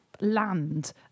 Land